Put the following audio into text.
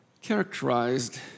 characterized